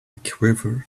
quiver